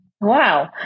Wow